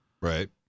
Right